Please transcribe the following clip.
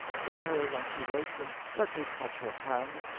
bring her when she wakes, and let me touch her hands,